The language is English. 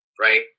right